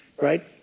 right